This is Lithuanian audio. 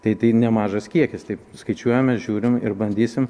tai tai nemažas kiekis taip skaičiuojame žiūrim ir bandysim